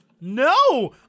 No